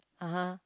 (uh huh)